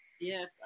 yes